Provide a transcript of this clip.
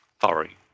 Sorry